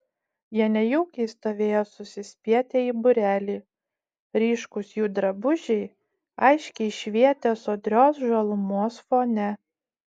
jie nejaukiai stovėjo susispietę į būrelį ryškūs jų drabužiai aiškiai švietė sodrios žalumos fone